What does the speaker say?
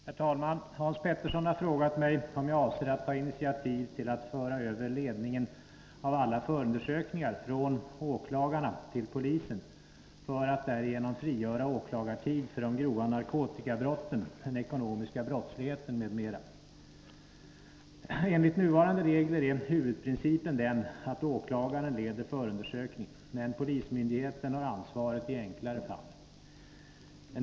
Herr talman! Hans Petersson i Röstånga har frågat mig om jag avser ta initiativ till att föra över ledningen av alla förundersökningar från åklagarna till polisen för att därigenom frigöra åklagartid för de grova narkotikabrotten, den ekonomiska brottsligheten m.m. Enligt nuvarande regler är huvudprincipen den att åklagaren leder förundersökningen, men polismyndigheten har ansvaret i enklare fall.